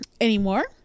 anymore